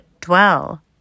dwell